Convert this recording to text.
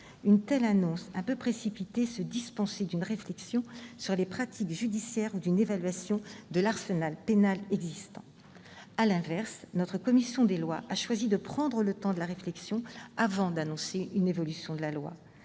Une telle annonce, un peu précipitée, se dispensait d'une réflexion sur les pratiques judiciaires ou d'une évaluation de l'arsenal pénal existant. À l'inverse, la commission des lois a choisi de prendre le temps de la réflexion avant d'annoncer une évolution de la loi